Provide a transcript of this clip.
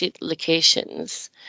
locations